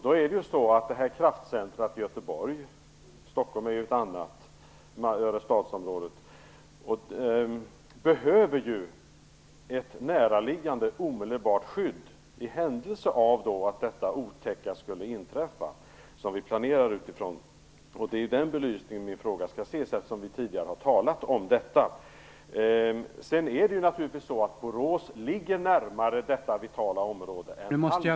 Då behöver kraftcentret Göteborg ett näraliggande omedelbart skydd i händelse av att det otäcka som vi planerar utifrån skulle inträffa. Det är i denna belysning som min fråga skall ses. Borås ligger naturligtvis närmare detta vitala område än Halmstad.